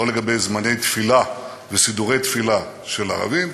לא לגבי זמני תפילה וסידורי תפילה של ערבים.